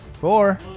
Four